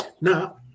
Now